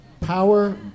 Power